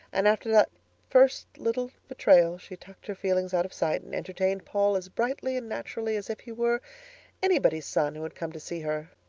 and after that first little betrayal she tucked her feelings out of sight and entertained paul as brightly and naturally as if he were anybody's son who had come to see her.